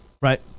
Right